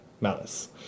malice